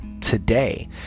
today